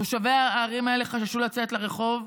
תושבי הערים האלה חששו לצאת לרחוב,